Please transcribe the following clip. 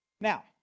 Now